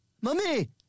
Mummy